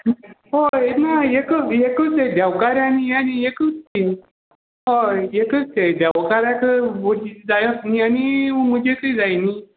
हय ना एकूच ये देवकारांनी आनी एकूच ती हय एकच ते देवकाराक जायत न्ही आनी मुजीकय जाय न्ही